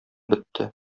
бетте